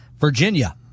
Virginia